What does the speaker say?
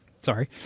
Sorry